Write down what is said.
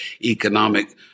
Economic